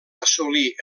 assolir